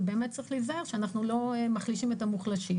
אבל באמת צריך להיזהר שאנחנו לא מחלישים את המוחלשים.